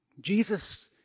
Jesus